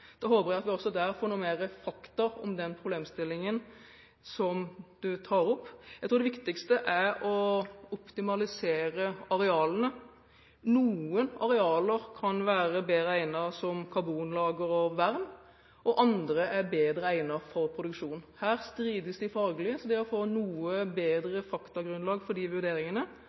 Da håper jeg at vi også der får mer fakta om den problemstillingen som representanten tar opp. Jeg tror det viktigste er å optimalisere arealene. Noen arealer kan være bedre egnet som karbonlager og vern, og andre er bedre egnet for produksjon. Her strides fagfolkene. Derfor er det å få et noe bedre faktagrunnlag for de vurderingene